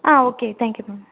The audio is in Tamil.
ah okay thank you ma'am